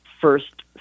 first